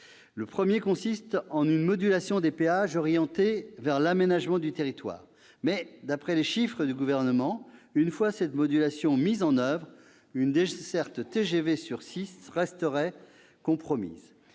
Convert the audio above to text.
Le premier consiste en une modulation des péages orientée vers l'aménagement du territoire. Néanmoins, d'après les chiffres du Gouvernement, une fois cette modulation mise en oeuvre, une desserte TGV sur six resterait compromise,